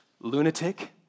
lunatic